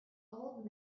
old